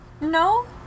no